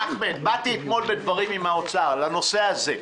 באתי אתמול בדברים עם משרד האוצר על הנושא הזה.